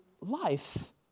life